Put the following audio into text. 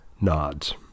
nods